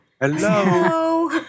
Hello